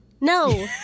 No